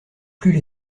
plus